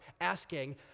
asking